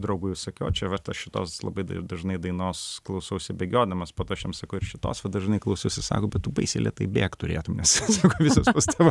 draugui sakiau čia vat aš šitos labai dažnai dainos klausausi bėgiodamas po to aš jam sakau ir šitos va dažnai klausausi sako bet tu baisiai lėtai bėgt turėtum nes sako visos tos tavo